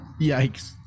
Yikes